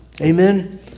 Amen